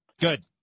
Good